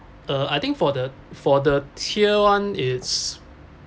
uh I think for the for the tier one it's